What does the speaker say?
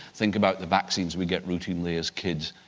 think about the vaccines we get routinely as kids,